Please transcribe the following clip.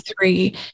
three